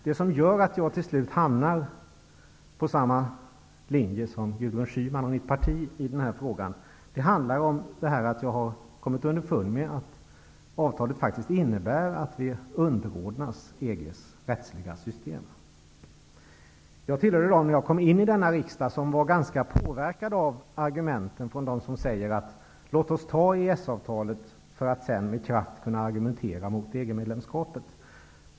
Det som gör att jag till slut hamnar på samma linje som Gudrun Schyman och mitt parti i den här frågan är att jag har kommit underfund om att avtalet faktiskt innebär att vi underordnas EG:s rättsliga system. När jag kom in i riksdagen var jag en av dem som var ganska påverkade av argumenten från dem som säger: Låt oss ta EES-avtalet för att sedan med kraft kunna argumentera mot ett EG-medlemskap.